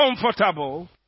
comfortable